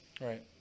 Right